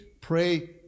pray